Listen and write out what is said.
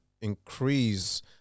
increase